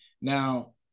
Now